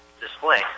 display